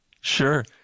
sure